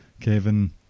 Kevin